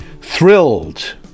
thrilled